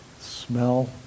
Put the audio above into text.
smell